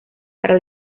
para